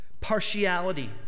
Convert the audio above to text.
partiality